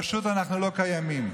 פשוט אנחנו לא קיימים,